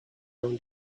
own